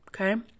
Okay